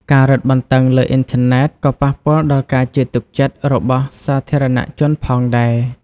ការរឹតបន្ដឹងលើអ៊ីនធឺណិតក៏ប៉ះពាល់ដល់ការជឿទុកចិត្តរបស់សាធារណៈជនផងដែរ។